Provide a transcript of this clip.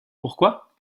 pourquoi